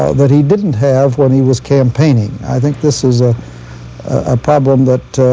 ah that he didn't have when he was campaigning. i think this is a ah problem that,